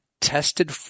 tested